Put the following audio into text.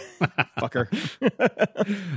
fucker